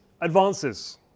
advances